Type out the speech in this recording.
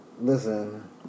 listen